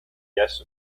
guest